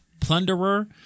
Plunderer